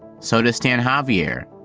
so does stan javier,